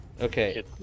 okay